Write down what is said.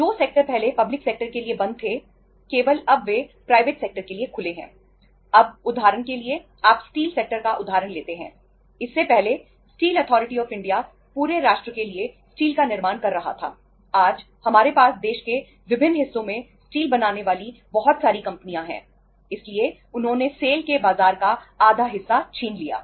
जो सेक्टर पहले public sector के बाजार का आधा हिस्सा छीन लिया